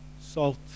salt